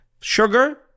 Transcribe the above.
sugar